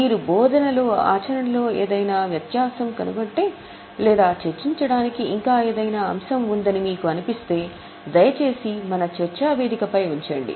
మీరు బోధనలో ఆచరణలో ఏదైనా వ్యత్యాసం కనుగొంటే లేదా చర్చించటానికి ఇంకా ఏదైనా అంశం ఉందని మీకు అనిపిస్తే దయచేసి మన చర్చా వేదికపై ఉంచండి